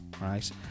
right